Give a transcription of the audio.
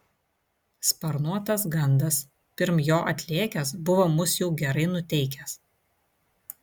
sparnuotas gandas pirm jo atlėkęs buvo mus jau gerai nuteikęs